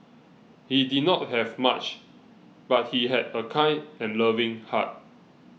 he did not have much but he had a kind and loving heart